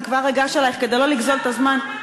אני כבר אגש אלייך, כדי לא לגזול את הזמן.